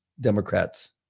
Democrats